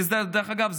שדרך אגב,